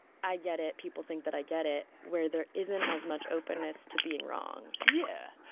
i get it, people think that i get it, where there isn't as much openness to being wrong yeah.